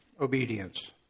obedience